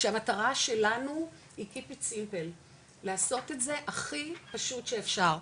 כשהמטרה שלנו היא לעשות את זה הכי פשוט שאפשר,